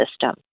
system